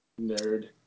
nerd